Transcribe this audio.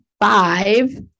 five